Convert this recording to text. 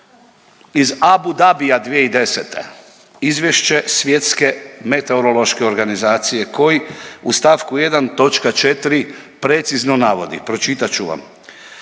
iz Abu Dhabija 2010. izvješće Svjetske meteorološke organizacije koji u stavku 1. točka 4. precizno navodi, pročitat ću vam.